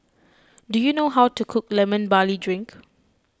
do you know how to cook Lemon Barley Drink